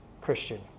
Christian